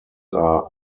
are